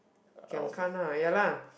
giam gana ya lah